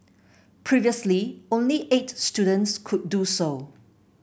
previously only eight students could do so